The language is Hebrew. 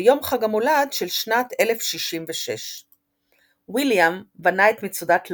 ביום חג המולד של שנת 1066. ויליאם בנה את מצודת לונדון,